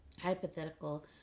Hypothetical